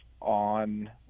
on